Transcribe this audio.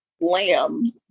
lamb